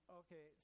okay